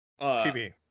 TV